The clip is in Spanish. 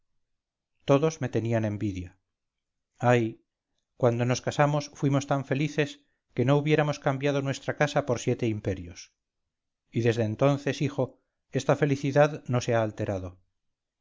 todos me tenían envidia ay cuando nos casamos fuimos tan felices que no hubiéramos cambiado nuestra casa por siete imperios y desde entonces hijo esta felicidad no se ha alterado